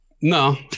No